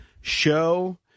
show